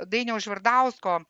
dainiaus žvirdausko